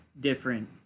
different